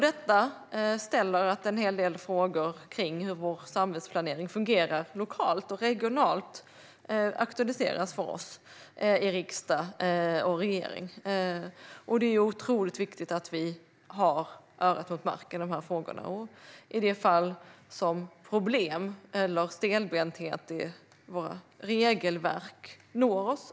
Detta gör att en del frågor kring hur vår samhällsplanering fungerar lokalt och regionalt aktualiseras för oss i riksdag och regering, och det är viktigt att vi har örat mot marken i dessa frågor och att vi reagerar i de fall då vi får information om problem eller stelbenthet i våra regelverk.